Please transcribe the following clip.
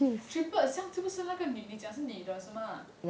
triplets 是不是那个那个你讲是女的吗